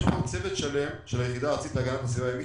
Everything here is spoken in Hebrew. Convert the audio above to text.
יש פה צוות שלם של היחידה הארצית להגנת הסביבה הימית,